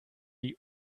wie